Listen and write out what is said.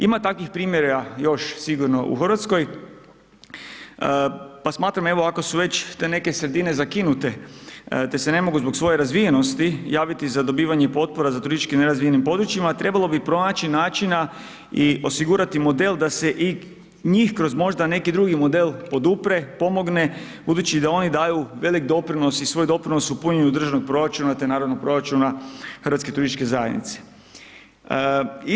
Ima takvih primjera još sigurno u RH, pa smatram evo, ako su već te neke sredine zakinute, te se ne mogu zbog svoje razvijenosti javiti za dobivanje potpora za turistički nerazvijenim područjima, trebalo bi pronaći načina i osigurati modal da se i njih kroz možda neki drugi model podupre, pomogne, budući da oni daju velik doprinos i svoj doprinos u punjenju državnog proračuna, te naravno proračuna HTZ-u.